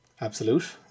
absolute